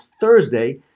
Thursday